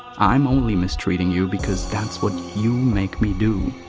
i'm only mistreating you because that's what you make me do.